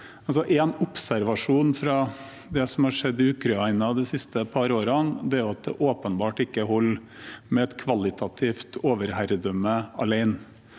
En observasjon fra det som har skjedd i Ukraina de siste par årene, er at det åpenbart ikke holder med et kvalitativt overherredømme alene.